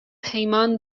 پیمان